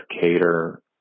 cater